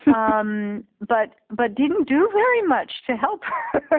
um but but didn't do very much to help her.